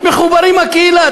מחוברים לקהילה.